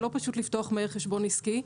וזה לא פשוט לפתוח חשבון עסקי מהר.